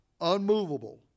unmovable